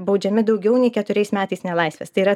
baudžiami daugiau nei keturiais metais nelaisvės tai yra